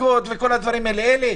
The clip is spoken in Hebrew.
מכות וכל הדברים האלה.